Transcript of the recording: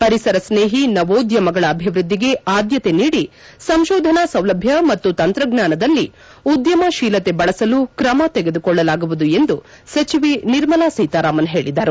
ಪರಿಸರ ಸ್ನೇಹಿ ನವೋದ್ಯಮಗಳ ಅಭಿವೃದ್ಧಿಗೆ ಆದ್ಯತೆ ನೀಡಿ ಸಂಶೋಧನಾ ಸೌಲಭ್ಯ ಮತ್ತು ತಂತ್ರಜ್ಞಾನದಲ್ಲಿ ಉದ್ಯಮ ಶೀಲತೆ ಬಳಸಲು ಕ್ರಮ ತೆಗೆದುಕೊಳ್ಳಲಾಗುವುದು ಎಂದು ಸಚಿವೆ ನಿರ್ಮಲಾ ಸೀತಾರಾಮನ್ ಹೇಳಿದರು